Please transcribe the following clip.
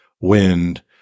wind